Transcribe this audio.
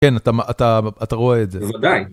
כן אתה מה אתה רואה את זה. ודאי